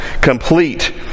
complete